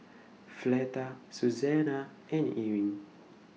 Fleta Susannah and Ewing